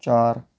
चार